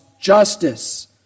justice